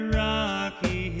rocky